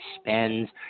spends